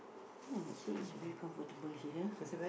ya you see it's really comfortable see here